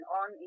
on